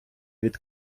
від